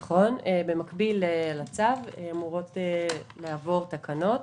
נכון, במקביל לצו אמורות לעבור תקנות.